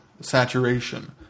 saturation